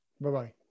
Bye-bye